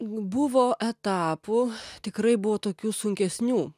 buvo etapų tikrai buvo tokių sunkesnių